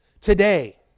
Today